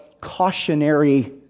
cautionary